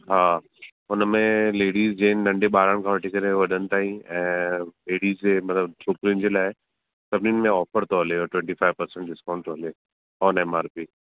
हा हुन में लेडीस जैंट्स नंढे ॿारनि खां वठी करे वॾनि ताईं ऐं लेडीस जे मतलबु छोकिरियुनि जे लाइ सभिनि में ऑफर थो हलेव ट्वैंटी फाइव पर्सैंट डिस्काउंट थो हले ऑन ऐमआरपी